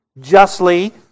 justly